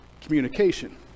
communication